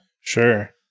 Sure